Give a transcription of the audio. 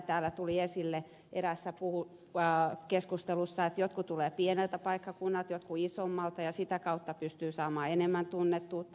täällä tuli esille eräässä keskustelussa että jotkut tulevat pieneltä paikkakunnalta jotkut isommalta ja sitä kautta pystyvät saamaan enemmän tunnettuutta